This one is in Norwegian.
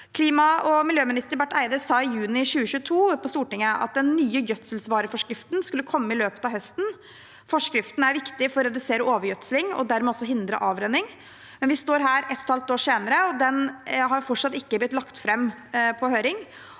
Klima- og miljøminister Barth Eide sa i juni 2022 på Stortinget at den nye gjødselvareforskriften skulle komme i løpet av høsten. Forskriften er viktig for å redusere overgjødsling og dermed også hindre avrenning. Vi står her et og et halvt år senere, og den har fortsatt ikke blitt lagt fram på høring.